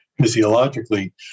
physiologically